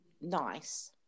nice